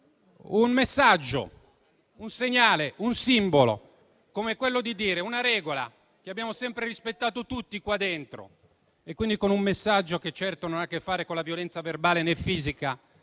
un messaggio, un segnale, un simbolo nei confronti di una regola che abbiamo sempre rispettato tutti qua dentro. E quindi con il gesto, che certo non ha a che fare con la violenza verbale o fisica,